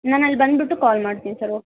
ನಾನು ಅಲ್ಲಿ ಬಂದುಬಿಟ್ಟು ಕಾಲ್ ಮಾಡ್ತೀನಿ ಸರ್